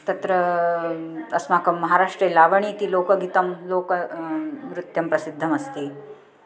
तत्र अस्माकं महाराष्ट्रे लावणी इति लोकगीतं लोके नृत्यं प्रसिद्धमस्ति